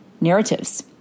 narratives